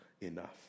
enough